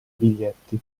biglietti